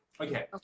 Okay